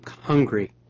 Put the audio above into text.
hungry